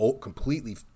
completely